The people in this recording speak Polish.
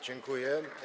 Dziękuję.